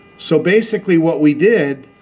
so basically, what we did.